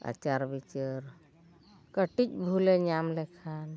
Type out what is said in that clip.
ᱟᱪᱟᱨ ᱵᱤᱪᱟᱹᱨ ᱠᱟᱹᱴᱤᱡ ᱵᱷᱩᱞᱮ ᱧᱟᱢ ᱞᱮᱠᱷᱟᱱ